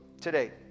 today